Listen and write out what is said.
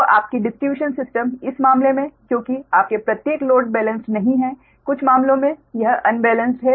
तो आपकी distribution system इस मामले में क्योंकी आपके प्रत्येक लोड बेलेंस्ड नहीं है कुछ मामलों में यह अनबेलेंस्ड है